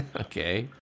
Okay